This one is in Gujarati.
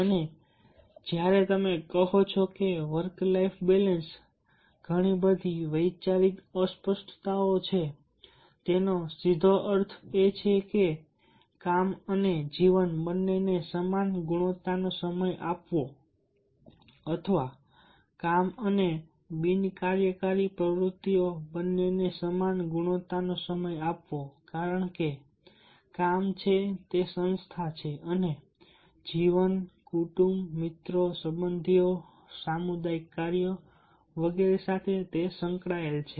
અને જ્યારે તમે કહો છો કે વર્ક લાઇફ બેલેન્સ ઘણી બધી વૈચારિક અસ્પષ્ટતાઓ છેતેનો સીધો અર્થ એ થાય છે કે કામ અને જીવન બંનેને સમાન ગુણવત્તાનો સમય આપવો અથવા કામ અને બિન કાર્યકારી પ્રવૃત્તિઓ બંનેને સમાન ગુણવત્તાનો સમય આપવો કારણ કે કામ છે તે સંસ્થા અને જીવન કુટુંબ મિત્રો સંબંધીઓ સામુદાયિક કાર્ય વગેરે સાથે સંકળાયેલું છે